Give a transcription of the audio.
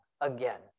again